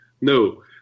no